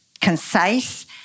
concise